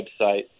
website